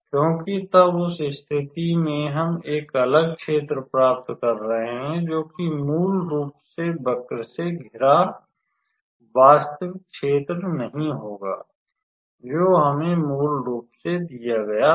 क्योंकि तब उस स्थिति में हम एक अलग क्षेत्र प्राप्त कर रहे हैं जो कि मूल रूप से वक्र से घिरा वास्तविक क्षेत्र नहीं होगा जो हमें मूल रूप से दिया गया था